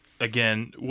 again